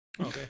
Okay